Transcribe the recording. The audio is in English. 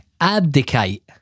Abdicate